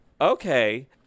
Okay